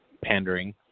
pandering